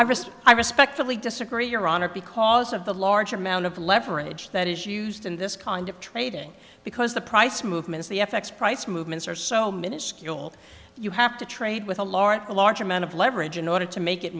i risk i respectfully disagree your honor because of the large amount of leverage that is used in this kind of trading because the price movements the f x price movements are so miniscule you have to trade with a large a large amount of leverage in order to make it